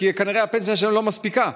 כי כנראה הפנסיה שלהם לא מספיקה.